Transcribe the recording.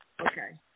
Okay